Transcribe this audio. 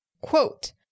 quote